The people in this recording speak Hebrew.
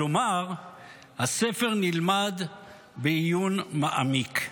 כלומר הספר נלמד בעיון מעמיק.